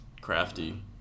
crafty